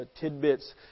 tidbits